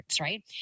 right